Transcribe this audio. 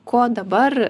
ko dabar